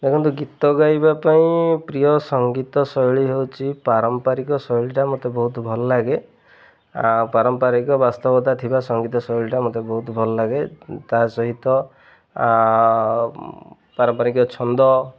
ଦେଖନ୍ତୁ ଗୀତ ଗାଇବା ପାଇଁ ପ୍ରିୟ ସଙ୍ଗୀତ ଶୈଳୀ ହେଉଛି ପାରମ୍ପାରିକ ଶୈଳୀଟା ମୋତେ ବହୁତ ଭଲ ଲାଗେ ଆଉ ପାରମ୍ପାରିକ ବାସ୍ତବତା ଥିବା ସଙ୍ଗୀତ ଶୈଳୀଟା ମୋତେ ବହୁତ ଭଲ ଲାଗେ ତା ସହିତ ପାରମ୍ପାରିକ ଛନ୍ଦ